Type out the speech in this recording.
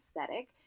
aesthetic